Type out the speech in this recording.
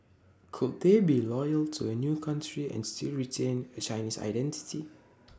could they be loyal to A new country and still retain A Chinese identity